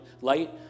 light